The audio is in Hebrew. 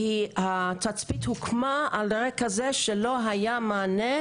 התצפית הוקמה על רקע זה שלא היה מענה